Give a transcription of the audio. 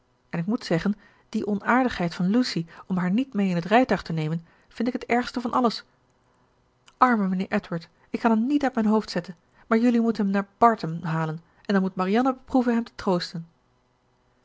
en ik moet zeggen die onaardigheid van lucy om haar niet mee in het rijtuig te nemen vind ik het ergst van alles arme mijnheer edward ik kan hem niet uit mijn hoofd zetten maar jelui moet hem naar barton halen en dan moet marianne beproeven hem te troosten